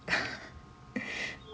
mm mm okay